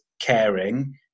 caring